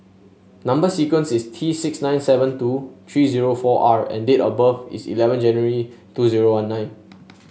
number sequence is T six nine seven two three zero four R and date of birth is eleven January two zero one nine